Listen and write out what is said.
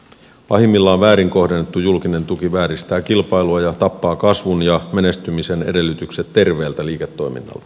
pahimmillaan väärin kohdennettu julkinen tuki vääristää kilpailua ja tappaa kasvun ja menestymisen edellytykset terveeltä liiketoiminnalta